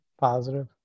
Positive